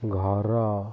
ଘର